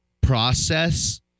process